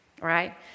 right